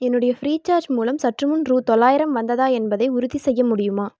என்னுடைய ஃப்ரீசார்ஜ் மூலம் சற்றுமுன் ரூ தொள்ளாயிரம் வந்ததா என்பதை உறுதிசெய்ய முடியுமா